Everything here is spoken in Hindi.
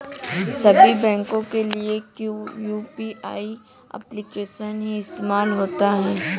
सभी बैंकों के लिए क्या यू.पी.आई एप्लिकेशन ही इस्तेमाल होती है?